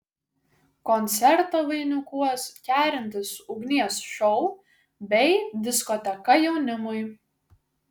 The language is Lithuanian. koncertą vainikuos kerintis ugnies šou bei diskoteka jaunimui